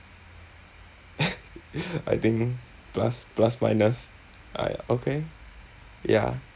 I think plus plus minus I okay ya